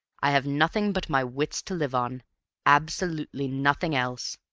i have nothing but my wits to live on absolutely nothing else.